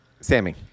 Sammy